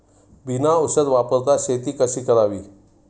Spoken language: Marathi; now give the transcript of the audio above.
बिना औषध वापरता शेती कशी करावी?